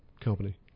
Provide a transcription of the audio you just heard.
company